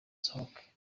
nsohoke